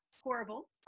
horrible